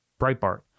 Breitbart